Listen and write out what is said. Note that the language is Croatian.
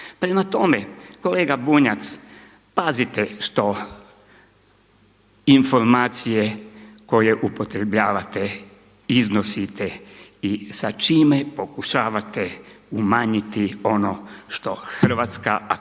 Prema tome, kolega Bunjac, pazite što, informacije koje upotrebljavate, iznosite i sa čime pokušavate umanjiti ono što HAZU znači